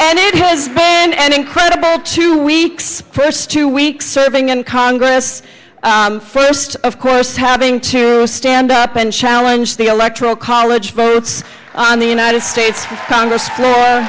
and it has been an incredible two weeks first two weeks serving in congress first of course having to stand up and challenge the electoral college votes on the united states